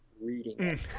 reading